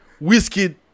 Whiskey